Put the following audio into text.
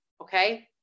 okay